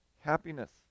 happiness